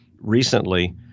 recently